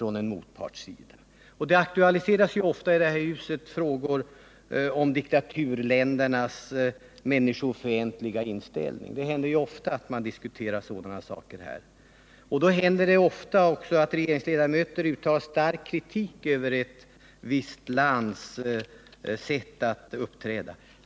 I det här huset aktualiseras ofta frågor om diktaturländernas människofientliga inställning. Många gånger när detta sker uttalar regeringsledamöter stark kritik mot ett visst lands sätt att uppträda.